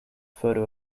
photo